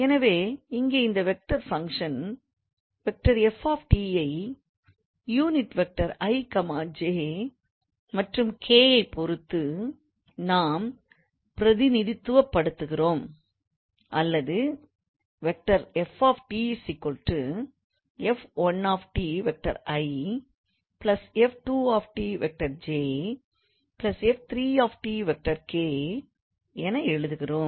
எனவே இங்கே இந்த வெக்டார் ஃபங்க்ஷன் 𝑓⃗𝑡 ஐ யூனிட் வெக்டார் i j மற்றும் k ஐப்பொறுத்து நாம் பிரதிநிதித்துவப்படுத்துகிறோம் அல்லது 𝑓⃗𝑡 𝑓1𝑡𝑖̂ 𝑓2𝑡𝑗̂ 𝑓3𝑡𝑘̂ எனஎழுதுகிறோம்